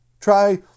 Try